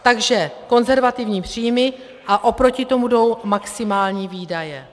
Takže konzervativní příjmy a oproti tomu jdou maximální výdaje.